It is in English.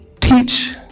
teach